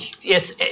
yes